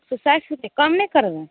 एक सए साठि रूपे कम नहि करबै